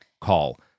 call